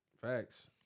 facts